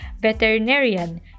veterinarian